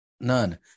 none